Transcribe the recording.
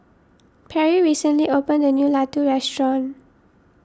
Perri recently open a new Laddu restaurant